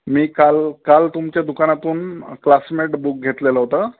मी काल काल तुमच्या दुकानातून क्लासमेट बुक घेतलेलं होतं